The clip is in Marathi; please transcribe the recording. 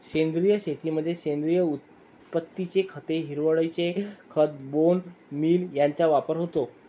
सेंद्रिय शेतीमध्ये सेंद्रिय उत्पत्तीची खते, हिरवळीचे खत, बोन मील यांचा वापर होतो